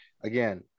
Again